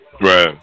Right